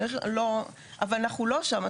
אבל אנחנו לא שם.